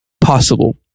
possible